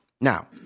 Now